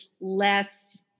less